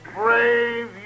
brave